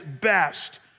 best